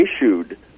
issued